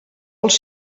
els